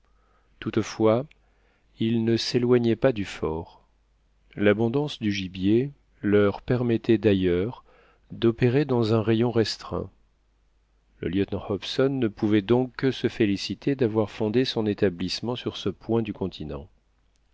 toutefois ils ne s'éloignaient pas du fort l'abondance du gibier leur permettait d'ailleurs d'opérer dans un rayon restreint le lieutenant hobson ne pouvait donc que se féliciter d'avoir fondé son établissement sur ce point du continent